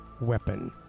weapon